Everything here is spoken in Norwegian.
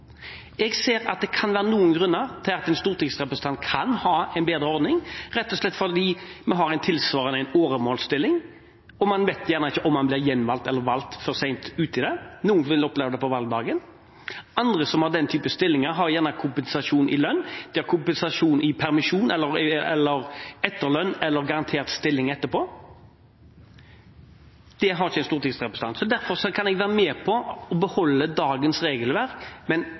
Jeg ser at det kan være noen grunner til at en stortingsrepresentant kan ha en bedre ordning, rett og slett fordi vi har en stilling tilsvarende en åremålsstilling. Man vet gjerne ikke om man blir gjenvalgt eller valgt før sent ute i perioden. Noen vil oppleve det på valgdagen. Andre som har den type stilling, har gjerne lønnskompensasjon, de har permisjonskompensasjon, etterlønn eller garantert stiling etterpå. Det har ikke en stortingsrepresentant. Derfor kan jeg være med på å beholde dagens regelverk, med en ettårig etterlønnsordning og to tredeler av godtgjørelsen, uten tillegg. Men